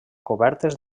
cobertes